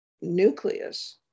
nucleus